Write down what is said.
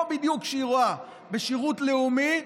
בדיוק כמו שהיא רואה בשירות לאומי,